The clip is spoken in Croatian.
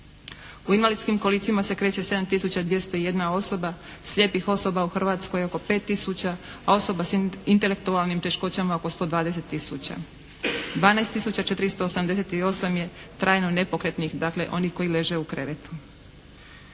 U invalidskim kolicima se kreće 7 tisuća 201 osoba. Slijepih osoba u Hrvatskoj je oko 5 tisuća, a osoba s intelektualnim teškoćama oko 120 tisuća. 12 tisuća 488 je trajno nepokretnih dakle onih koji leže u krevetu.